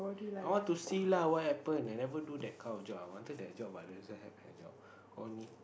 how to see lah what happened I never do that kind of job I wanted to do that job but doesn't have that job only